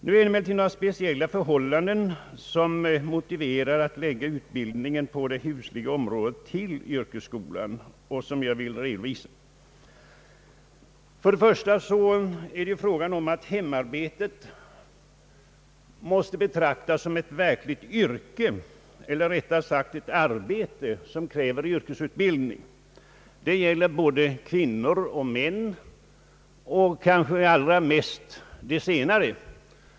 Jag vill redovisa de speciella förhållanden som motiverar att utbildningen på det husliga området förläggs till yrkesskolan. Först och främst måste hemarbetet betraktas såsom ett verkligt yrke — eller rättare sagt såsom ett arbete, som kräver yrkesutbildning. Detta gäller både kvinnor och män, och kanske allra mest de senare.